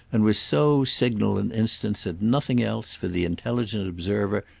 and was so signal an instance that nothing else, for the intelligent observer,